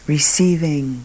Receiving